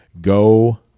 go